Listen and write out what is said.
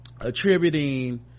attributing